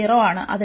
അതിനാൽ ഇവിടെ 0